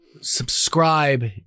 subscribe